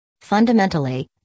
Fundamentally